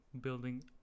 building